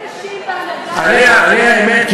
האמת,